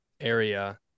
area